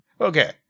Okay